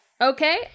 okay